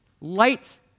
Light